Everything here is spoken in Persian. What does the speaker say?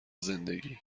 زندگی